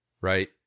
Right